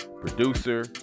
producer